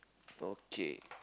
okay